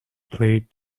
played